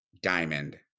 diamond